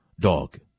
dog